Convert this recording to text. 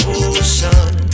ocean